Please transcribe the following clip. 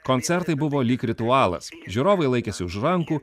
koncertai buvo lyg ritualas žiūrovai laikėsi už rankų